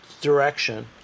direction